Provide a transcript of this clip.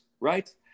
right